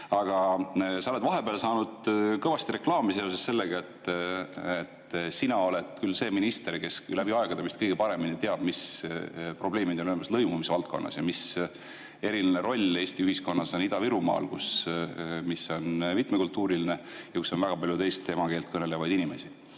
Sa oled vahepeal saanud kõvasti reklaami seoses sellega, et sina oled küll see minister, kes läbi aegade vist kõige paremini teab, mis probleemid on lõimumisvaldkonnas ja milline eriline roll Eesti ühiskonnas on Ida-Virumaal, mis on mitmekultuuriline ja kus on väga palju teist emakeelt kõnelevaid inimesi.